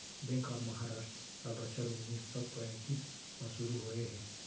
bank of Maharashtra ह बछर उन्नीस सौ पैतीस म सुरू होए हे